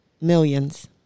millions